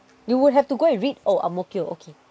you would have to go and read oh ang-mo-kio okay